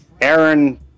Aaron